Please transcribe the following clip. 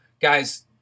guys